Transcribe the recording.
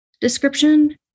description